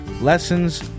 Lessons